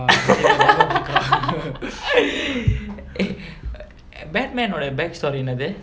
eh batman ஓட:oda back story என்னது:ennathu